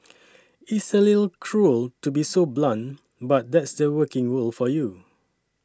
it's a little cruel to be so blunt but that's the working world for you